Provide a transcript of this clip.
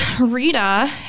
Rita